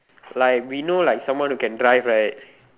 like we know like someone who can drive right